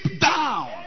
down